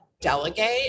delegate